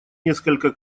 несколько